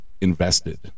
invested